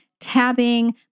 tabbing